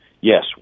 yes